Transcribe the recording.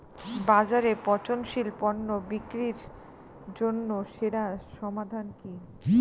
বাজারে পচনশীল পণ্য বিক্রির জন্য সেরা সমাধান কি?